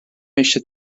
eisiau